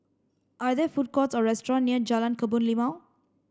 are there food courts or restaurant near Jalan Kebun Limau